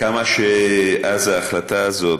כמה שאז, ההחלטה הזאת,